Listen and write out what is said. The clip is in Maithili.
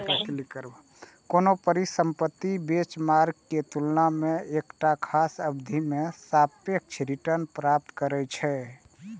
कोनो परिसंपत्ति बेंचमार्क के तुलना मे एकटा खास अवधि मे सापेक्ष रिटर्न प्राप्त करै छै